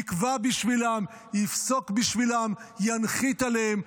יקבע בשבילם, יפסוק בשבילם, ינחית עליהם.